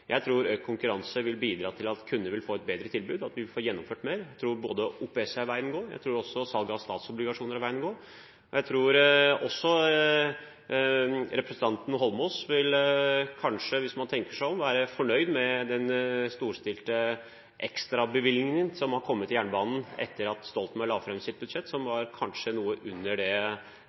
Jeg tror økt konkurranse vil bidra til at kunder vil få et bedre tilbud, at vi vil få gjennomført mer. Jeg tror både OPS og salg av statsobligasjoner er veien å gå. Jeg tror også representanten Eidsvoll Holmås kanskje vil, hvis han tenker seg om, være fornøyd med den storstilte ekstrabevilgningen som har kommet til jernbanen etter at Stoltenberg la fram sitt budsjett, som kanskje var noe under det